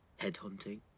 headhunting